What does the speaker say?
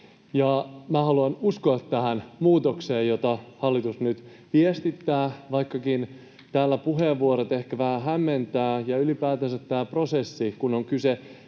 haluan uskoa tähän muutokseen, josta hallitus nyt viestittää, vaikkakin täällä puheenvuorot ehkä vähän hämmentävät, ja ylipäätänsä hämmentää tämä prosessi, se, että kun on kyse